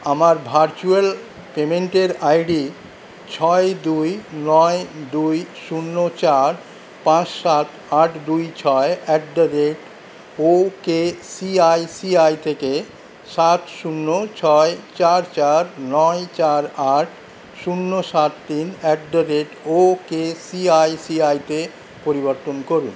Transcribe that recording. আমার ভার্চুয়াল পেমেন্টের আইডি ছয় দুই নয় দুই শূন্য চার পাঁচ সাত আট দুই ছয় at the rate okay CICI থেকে সাত শূন্য ছয় চার চার নয় চার আট শূন্য সাত তিন at the rate okay CICI তে পরিবর্তন করুন